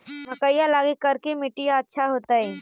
मकईया लगी करिकी मिट्टियां अच्छा होतई